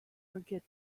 forget